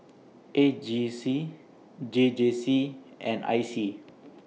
A G C J J C and I C